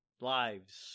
lives